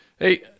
Hey